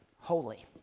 holy